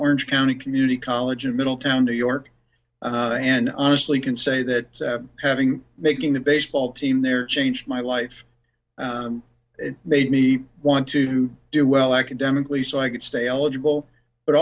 orange county community college in middletown new york and i honestly can say that having making the baseball team there changed my life it made me want to do well academically so i could stay eligible but